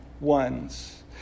ones